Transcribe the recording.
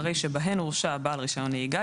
אחרי "שבהן הורשע בעל רישיון נהיגה"